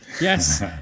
Yes